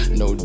no